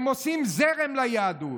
הם עושים זרם ליהדות.